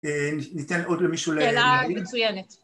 ניתן עוד למישהו להגיד? שאלה מצוינת